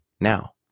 now